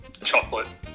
Chocolate